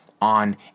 on